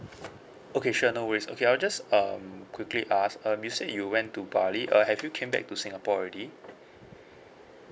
okay sure no worries okay I'll just um quickly ask um you said you went to bali uh have you came back to singapore already